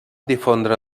difondre